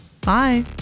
Bye